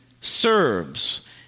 serves